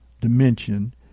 dimension